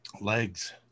legs